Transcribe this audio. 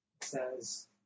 says